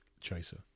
Chaser